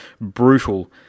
brutal